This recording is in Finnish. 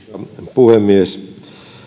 puhemies